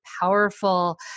powerful